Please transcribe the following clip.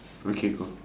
okay go